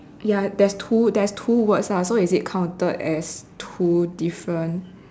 ya there's two there're two words lah so is it counted as two different